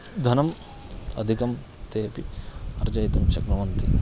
धनम् अधिकं तेपि अर्जयितुं शक्नुवन्ति